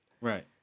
Right